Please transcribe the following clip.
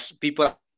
people